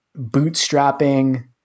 bootstrapping